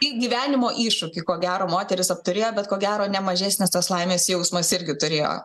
tik gyvenimo iššūkį ko gero moteris apturėjo bet ko gero ne mažesnis tas laimės jausmas irgi turėjo